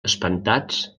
espantats